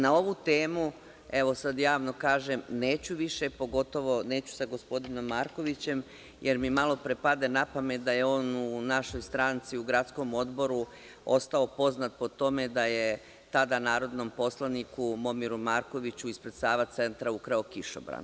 Na ovu temu, evo sad javno kažem, neću više, pogotovo neću sa gospodinom Markovićem, jer mi malopre pade napamet da je on u našoj stranci u gradskom odboru ostao poznat po tome da je tada narodnom poslaniku Momiru Markoviću ispred Sava centra ukrao kišobran.